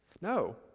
No